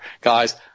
Guys